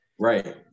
Right